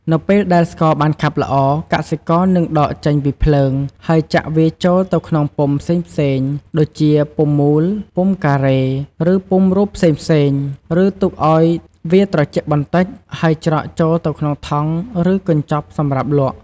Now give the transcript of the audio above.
នៅពេលដែលស្ករបានខាប់ល្អ កសិករនឹងដកចេញពីភ្លើង ហើយចាក់វាចូលទៅក្នុងពុម្ពផ្សេងៗ ដូចជាពុម្ពមូល ពុម្ពការ៉េ ឬពុម្ពរូបផ្សេងៗ ឬទុកឱ្យវាត្រជាក់បន្តិច ហើយច្រកចូលទៅក្នុងថង់ ឬកញ្ចប់សម្រាប់លក់។